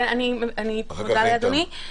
אני מודה לאדוני.